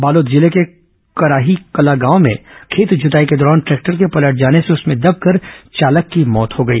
बालोद जिले के कसहीकला गांव में खेत जुताई के दौरान ट्रैक्टर के पलट जाने से उसमें दबकर चालक की मौत हो गई